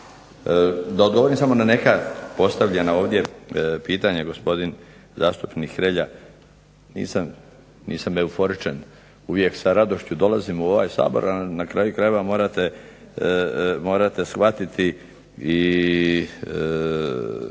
Da odgovorim na samo neka postavljena ovdje pitanja. Gospodin zastupnik Hrelja, nisam euforičan. Uvijek sa radošću dolazim u ovaj Sabor, a na kraju krajeva morate shvatiti ne